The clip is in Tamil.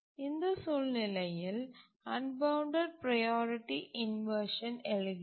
இந்த சூழ்நிலையில் அன்பவுண்டட் ப்ரையாரிட்டி இன்வர்ஷன் எழுகிறது